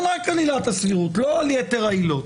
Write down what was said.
רק על עילת הסבירות ולא על יתר העילות,